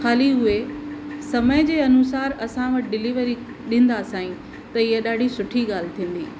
ख़ाली उहे समय जे अनुसार असां वटि डिलिवरी ॾींदा सांई त इहे ॾाढी सुठी ॻाल्हि थींदी